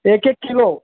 ایک ایک کلو